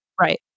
Right